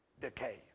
Decay